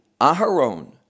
Aharon